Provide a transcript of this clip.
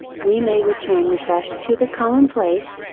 we may return refreshed to the commonplace,